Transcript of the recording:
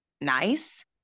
nice